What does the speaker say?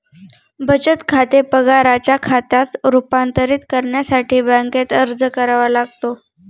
बचत खाते पगाराच्या खात्यात रूपांतरित करण्यासाठी बँकेत अर्ज करावा लागतो